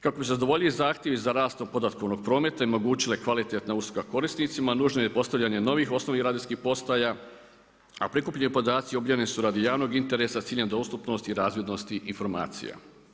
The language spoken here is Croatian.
Kako bi se zadovolji zahtjevi za rastom podatkovnog prometa i omogućila kvalitetna usluga korisnicima nužno je postavljanje novih … radijskih postaja a prikupljeni podaci objavljeni su radi javnog interesa sa ciljem dostupnosti i razvidnosti informacija.